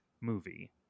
movie